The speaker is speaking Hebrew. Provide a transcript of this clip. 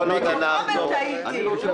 הוא לא אומר: טעיתי.